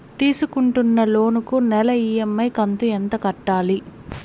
తీసుకుంటున్న లోను కు నెల ఇ.ఎం.ఐ కంతు ఎంత కట్టాలి?